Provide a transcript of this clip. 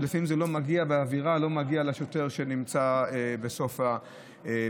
לפעמים זה לא מגיע והאווירה לא מגיעה לשוטר שנמצא בסוף בשטח,